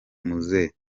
muze